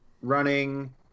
running